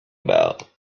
about